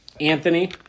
Anthony